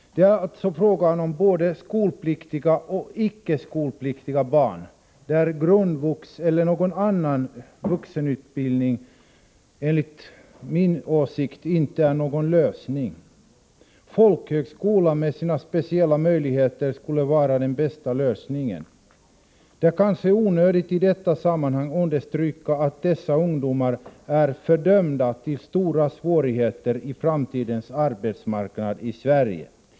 Det är alltså fråga om både skolpliktiga och icke skolpliktiga barn, för vilka grundvux eller någon annan vuxenutbildning enligt min åsikt inte är någon lösning. Folkhögskolan med sina speciella möjligheter skulle vara den bästa lösningen. Det är kanske onödigt att i detta sammanhang understryka att dessa ungdomar är dömda att få stora svårigheter på den framtida arbetsmarknaden i Sverige.